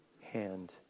hand